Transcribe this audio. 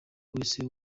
wese